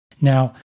Now